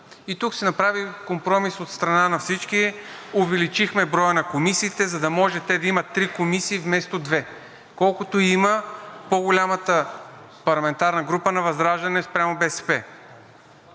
Тук се направи компромис от страна на всички. Увеличихме броя на комисиите, за да могат те да имат 3 комисии вместо две, колкото има по-голямата парламентарна група на ВЪЗРАЖДАНЕ спрямо БСП.